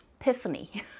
epiphany